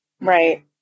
Right